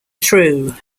through